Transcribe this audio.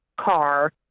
car